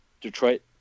Detroit